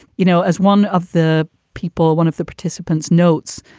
you know, as one of the people, one of the participants notes,